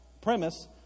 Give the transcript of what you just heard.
premise